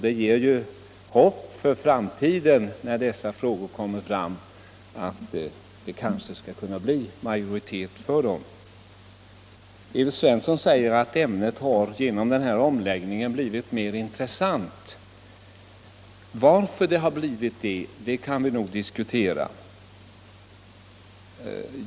Det ger dock hopp för framtiden att det kan bli majoritet för dessa punkter allteftersom de kommer upp. Evert Svensson säger att ämnet genom den här omläggningen har blivit mer intressant. Varför det har blivit så måste vi nog diskutera.